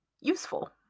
useful